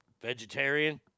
Vegetarian